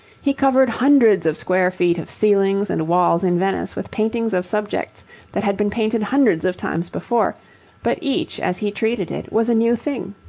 he covered hundreds of square feet of ceilings and walls in venice with paintings of subjects that had been painted hundreds of times before but each as he treated it was a new thing.